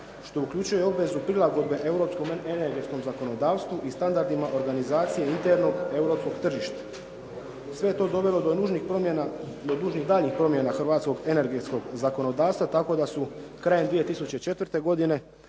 što uključuje obvezu prilagodbe europskom energetskom zakonodavstvu i standardima organizacije internog europskog tržišta. Sve je to dovelo do nužnih daljnjih problema hrvatskog energetskog zakonodavstva tako da su krajem 2004. godine